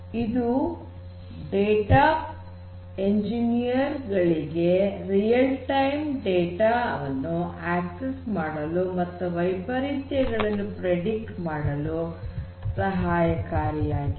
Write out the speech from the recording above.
ಇವು data engineer ಗಳಿಗೆ real time data ವನ್ನು ಆಕ್ಸೆಸ್ ಮಾಡಲು ಮತ್ತು ವೈಪರೀತ್ಯಗಳನ್ನು ಪ್ರೆಡಿಕ್ಟ್ ಮಾಡಲು ಸಹಾಯಕಾರಿಯಾಗಿದೆ